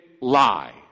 lie